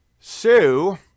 Sue